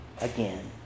again